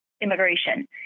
immigration